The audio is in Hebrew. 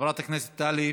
חברת הכנסת טלי,